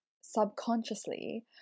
subconsciously